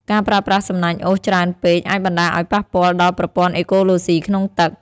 ការប្រើប្រាស់សំណាញ់អូសច្រើនពេកអាចបណ្ដាលឲ្យប៉ះពាល់ដល់ប្រព័ន្ធអេកូឡូស៊ីក្នុងទឹក។